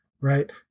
right